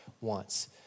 wants